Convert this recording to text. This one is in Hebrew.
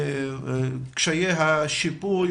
קשיי השיפוי,